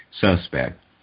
suspect